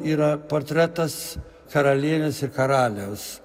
yra portretas karalienės ir karaliaus